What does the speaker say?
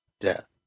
death